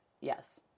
yes